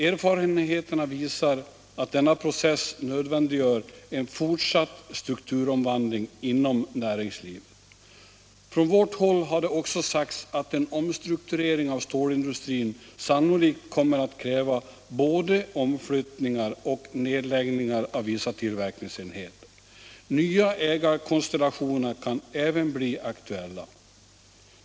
Erfarenheterna visar att denna process nödvändiggör en fortsatt strukturomvandling inom näringslivet. Från vårt håll har det också sagts att en omstrukturering av stålindustrin sannolikt kommer att kräva både omflyttningar och nedläggningar av vissa tillverkningsenheter. Nya ägarkonstellationer kan även bli aktuella.